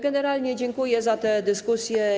Generalnie dziękuję za dyskusję.